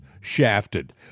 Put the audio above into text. shafted